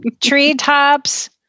treetops